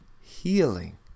healing